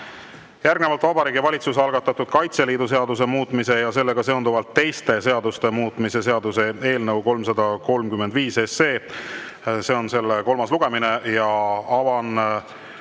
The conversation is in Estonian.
Järgnevalt Vabariigi Valitsuse algatatud Kaitseliidu seaduse muutmise ja sellega seonduvalt teiste seaduste muutmise seaduse eelnõu 335. See on selle kolmas lugemine. Avan